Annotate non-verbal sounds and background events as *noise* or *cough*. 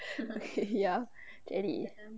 *laughs* ya jeddy